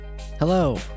Hello